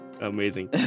Amazing